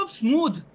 smooth